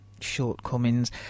shortcomings